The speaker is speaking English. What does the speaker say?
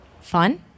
fun